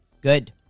Good